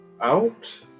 out